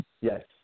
Yes